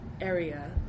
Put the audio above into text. area